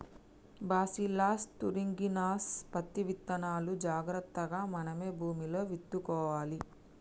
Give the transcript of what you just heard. bacillus thuringiensis పత్తి విత్తనాలును జాగ్రత్తగా మనమే భూమిలో విత్తుకోవాలి